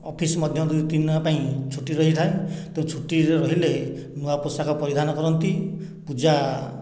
office ମଧ୍ୟ ଦୁଇ ଦିନ ପାଇଁ ଛୁଟି ରହିଥାଏ ତ ଛୁଟିରେ ରହିଲେ ନୂଆ ପୋଷାକ ପରିଧାନ କରନ୍ତି ପୂଜା